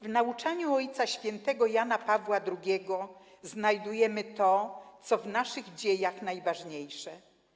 W nauczaniu Ojca Świętego Jana Pawła II znajdujemy to, co w naszych dziejach najważniejsze.